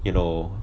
you know